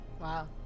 Wow